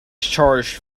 charged